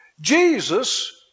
Jesus